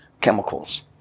chemicals